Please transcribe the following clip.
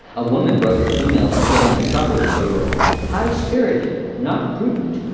a woman wrote that females would get into trouble if they were high spirited not prudent.